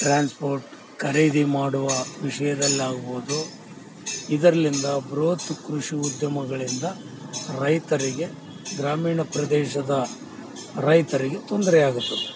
transport ಖರೀದಿ ಮಾಡುವ ವಿಷಯದಲ್ಲಾಗ್ಬೋದು ಇದ್ರಲ್ಲಿಂದ ಬೃಹತ್ ಕೃಷಿ ಉದ್ಯಮಗಳಿಂದ ರೈತರಿಗೆ ಗ್ರಾಮೀಣ ಪ್ರದೇಶದ ರೈತರಿಗೆ ತೊಂದರೆ ಆಗುತ್ತದೆ